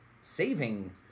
Saving